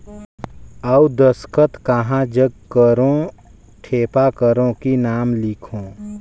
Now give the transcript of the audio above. अउ दस्खत कहा जग करो ठेपा करो कि नाम लिखो?